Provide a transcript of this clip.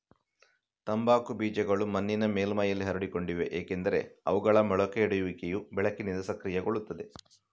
ತಂಬಾಕು ಬೀಜಗಳು ಮಣ್ಣಿನ ಮೇಲ್ಮೈಯಲ್ಲಿ ಹರಡಿಕೊಂಡಿವೆ ಏಕೆಂದರೆ ಅವುಗಳ ಮೊಳಕೆಯೊಡೆಯುವಿಕೆಯು ಬೆಳಕಿನಿಂದ ಸಕ್ರಿಯಗೊಳ್ಳುತ್ತದೆ